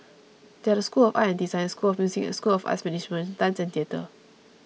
they are the school of art and design school of music and school of arts management dance and theatre